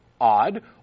odd